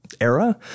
era